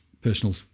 personal